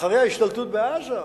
אחרי ההשתלטות בעזה,